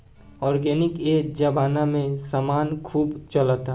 organic ए जबाना में समान खूब चलता